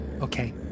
Okay